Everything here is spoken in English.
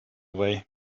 away